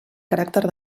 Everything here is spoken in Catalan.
caràcter